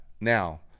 now